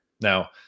Now